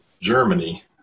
Germany